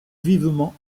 vivement